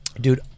Dude